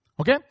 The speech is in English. Okay